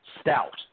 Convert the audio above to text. stout